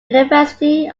university